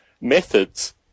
methods